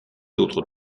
autres